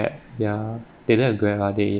ya they don't have Grab ah they